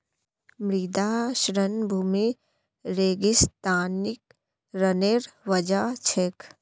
मृदा क्षरण भूमि रेगिस्तानीकरनेर वजह छेक